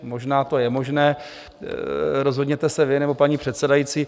Možná to je možné, rozhodněte se vy nebo paní předsedající.